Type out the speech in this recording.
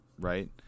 right